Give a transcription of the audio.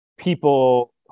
people